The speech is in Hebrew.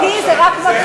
חכי, זה רק מתחיל,